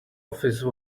office